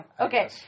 Okay